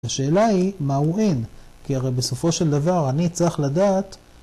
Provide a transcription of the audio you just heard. ‫השאלה היא, מה הוא אין? ‫כי הרי בסופו של דבר אני צריך לדעת...